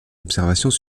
observations